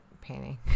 painting